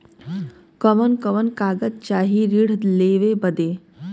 कवन कवन कागज चाही ऋण लेवे बदे?